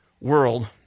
world